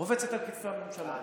רובצת על פתחי הממשלה.